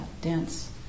dense